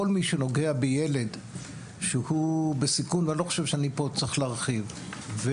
כל מי שנוגע בילד שהוא ילד בסיכון ואני לא חושב שפה אני צריך להרחיב ויושב